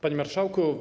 Panie Marszałku!